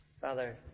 Father